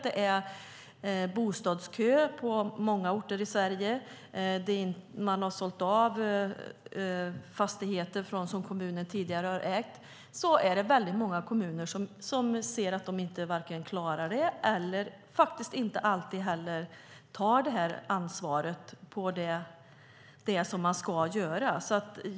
Det är bostadskö på många orter i Sverige, och man har sålt av fastigheter som kommunen tidigare har ägt. Många kommuner klarar inte av att ta det ansvar som de ska ta.